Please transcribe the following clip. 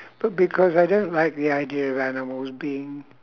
but because I don't like the idea of animals being